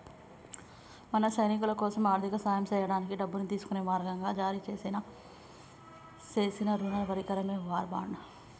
మన సైనికులకోసం ఆర్థిక సాయం సేయడానికి డబ్బును తీసుకునే మార్గంగా జారీ సేసిన రుణ పరికరమే వార్ బాండ్